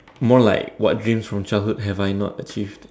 more like what dreams from childhood have I not achieved